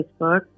Facebook